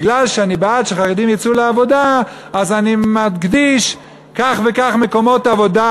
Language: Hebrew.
מכיוון שאני בעד שחרדים יצאו לעבודה אז אני מקדיש כך וכך מקומות עבודה,